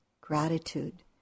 gratitude